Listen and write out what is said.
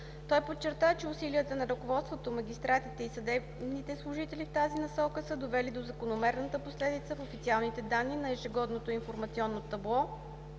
Той подчерта, че усилията на ръководството, магистратите и съдебните служители в тази насока са довели до закономерната последица в официалните данни на ежегодното информационно табло